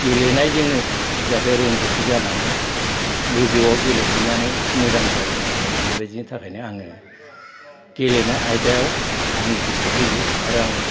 गेलेनायजोंनो जाहाथे रोंगथि जानानै गोजौवाव गेलेहैनानै मोजां जायो नैबे बायदिनि थाखायनो आङो गेलेनाय आयदायाव आं गोसो होयो आरो आं